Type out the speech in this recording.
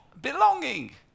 belonging